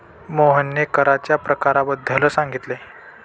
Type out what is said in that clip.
मोहनने कराच्या प्रकारांबद्दल सांगितले